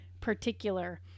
particular